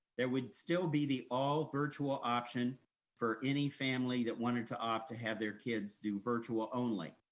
there would still be the all virtual option for any family that wanted to opt to have their kids do virtual only.